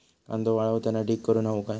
कांदो वाळवताना ढीग करून हवो काय?